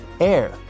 air